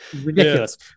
ridiculous